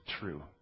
true